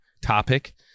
topic